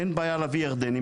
אין בעיה להביא ירדנים.